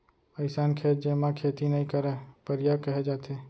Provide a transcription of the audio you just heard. अइसन खेत जेमा खेती नइ करयँ परिया कहे जाथे